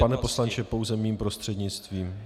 Pane poslanče, pouze mým prostřednictvím.